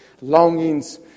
longings